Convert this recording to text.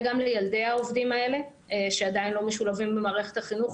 גם לילדי העובדים האלה שעדיין לא משולבים במערכת החינוך,